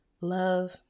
Love